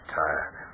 tired